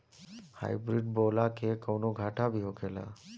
Hybrid बोला के कौनो घाटा भी होखेला?